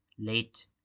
Late